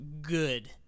good